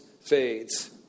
fades